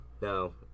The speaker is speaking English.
No